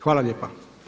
Hvala lijepa.